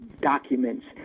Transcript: Documents